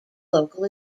local